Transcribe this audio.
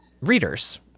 readers